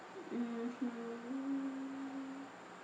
mmhmm